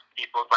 people